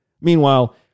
Meanwhile